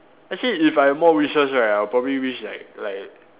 actually if I've more wishes I would probably wish like like